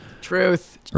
Truth